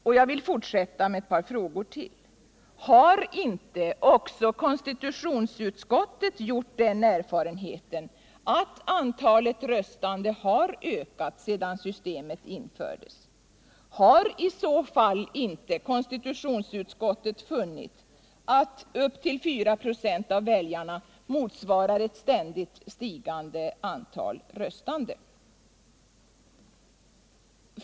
Och jag vill fortsätta med ett par frågor till: Har inte också konstitutionsutskottet gjort den erfarenheten att antalet röstande har ökat sedan systemet infördes? Har i så fall inte konstitutionsutskottet funnit att upp till 4 96 av väljarna motsvarar ett ständigt stigande antal röstande?